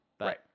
Right